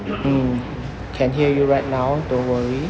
mm can hear you right now don't worry